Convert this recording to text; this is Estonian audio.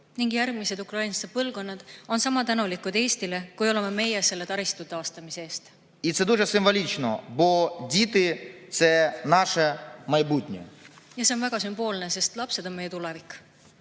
Ning järgmised ukrainlaste põlvkonnad on Eestile sama tänulikud, kui oleme meie selle taristu taastamise eest. See on väga sümboolne, sest lapsed on meie tulevik.